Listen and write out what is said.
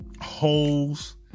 holes